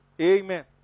Amen